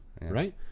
right